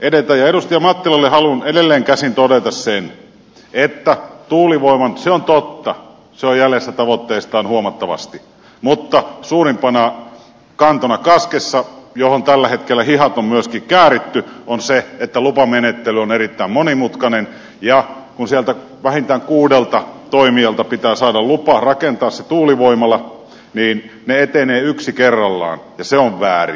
edustaja mattilalle haluan edelleenkäsin todeta sen että tuulivoima se on totta on jäljessä tavoitteistaan huomattavasti mutta suurimpana kantona kaskessa johon tällä hetkellä hihat on myöskin kääritty on se että lupamenettely on erittäin monimutkainen ja kun sieltä vähintään kuudelta toimijalta pitää saada lupa rakentaa se tuulivoimala niin ne etenevät yksi kerrallaan ja se on väärin